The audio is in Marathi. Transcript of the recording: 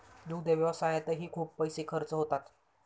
दुग्ध व्यवसायातही खूप पैसे खर्च होतात